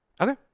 Okay